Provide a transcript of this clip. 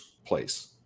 Place